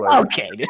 Okay